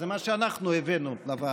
זה מה שאנחנו הבאנו לוועדה: